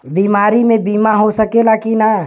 बीमारी मे बीमा हो सकेला कि ना?